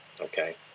Okay